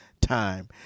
time